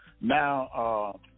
now